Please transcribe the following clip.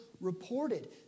reported